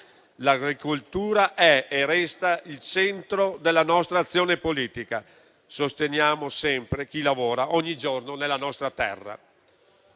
L'agricoltura è e resta il centro della nostra azione politica, sosteniamo sempre chi lavora ogni giorno nella nostra terra.